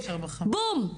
בום,